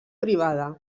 privada